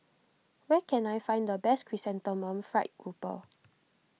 where can I find the best Chrysanthemum Fried Grouper